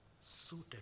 suited